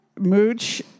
Mooch